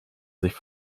sich